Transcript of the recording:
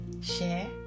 share